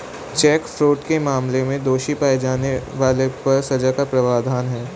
check fraud के मामले में दोषी पाए जाने पर सजा का प्रावधान है